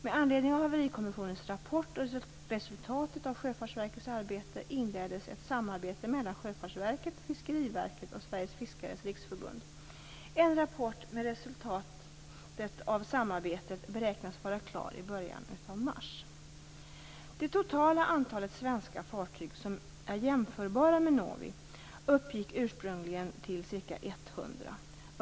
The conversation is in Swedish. Med anledning av Haverikommissionens rapport och resultatet av Sjöfartsverkets arbete inleddes ett samarbete mellan Sjöfartsverket, Fiskeriverket och Sveriges fiskares riksförbund. En rapport med resultatet av samarbetet beräknas vara klar i början av mars. Det totala antalet svenska fartyg som är jämförbara med Novi uppgick ursprungligen till ca 100.